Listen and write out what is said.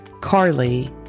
Carly